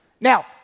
Now